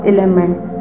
Elements